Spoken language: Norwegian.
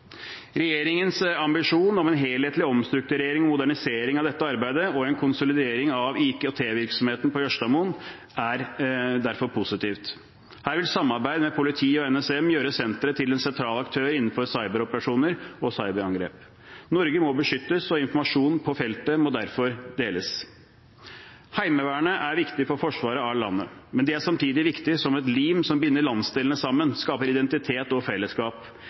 Regjeringens ambisjon om en helhetlig omstrukturering og modernisering av dette arbeidet og en konsolidering av IKT-virksomheten på Jørstadmoen er derfor positivt. Her vil samarbeid mellom politiet og Nasjonal sikkerhetsmyndighet gjøre senteret til en sentral aktør innenfor cyberoperasjoner og cyberangrep. Norge må beskyttes, og informasjon på feltet må derfor deles. Heimevernet er viktig for forsvaret av landet, men det er samtidig viktig som et lim som binder landsdelene sammen, skaper identitet og fellesskap.